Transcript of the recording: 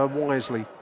wisely